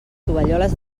tovalloles